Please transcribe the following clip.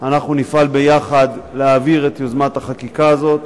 נפעל יחד להעביר את יוזמת החקיקה הזאת.